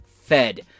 fed